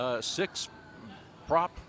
six-prop